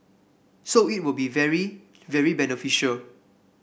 so it will be very very beneficial